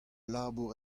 labour